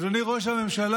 אדוני ראש הממשלה,